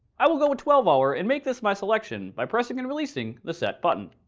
i will go with twelve hour and make this my selection by pressing and releasing the set button.